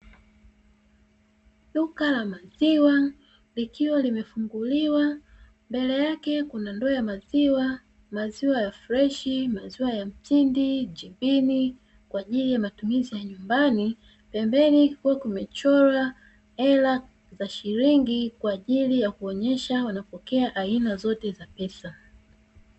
Duka la maziwa likiwa limefunguliwa, mbele yake kukiwa na ndoo ya maziwa. Maziwa freshi, maziwa ya mtindi na jibini kwaajili ya matumizi ya nyumbani. Pembeni kukiwa kumechorwa ela za shilingi kwa ajili ya kuonesha wanapokea aina zote za pesa.